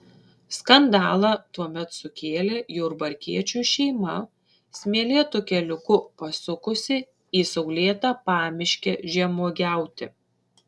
skandalą tuomet sukėlė jurbarkiečių šeima smėlėtu keliuku pasukusi į saulėtą pamiškę žemuogiauti